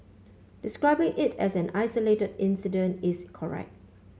describing it as an isolated incident is correct